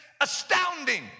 astounding